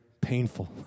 painful